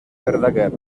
verdaguer